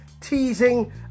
teasing